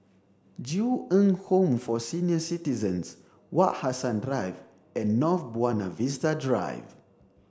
Ju Eng Home for Senior Citizens Wak Hassan Drive and North Buona Vista Drive